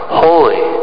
holy